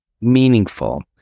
meaningful